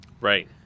Right